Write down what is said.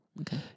Okay